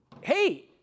hey